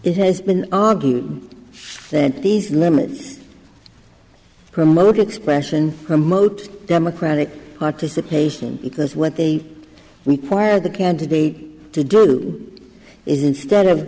it has been argued that these limits promote expressen remote democratic participation because what they require the candidate to do is instead of